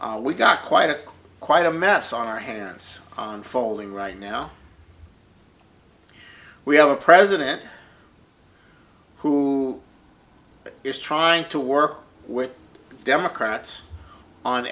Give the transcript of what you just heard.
ve got quite a quite a mess on our hands on folding right now we have a president who is trying to work with democrats on